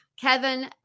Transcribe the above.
Kevin